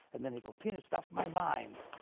and then he continues, thus my mind,